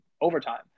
overtime